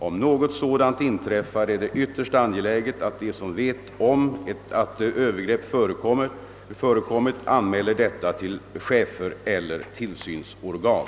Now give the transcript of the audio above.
Om något sådant inträffar är det ytterst angeläget att de som vet om att övergrepp förekommit anmäler detta till chefer eller tillsynsorgan.